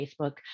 Facebook